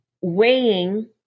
weighing